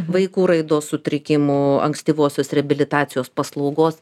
vaikų raidos sutrikimų ankstyvosios reabilitacijos paslaugos